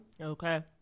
Okay